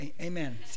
Amen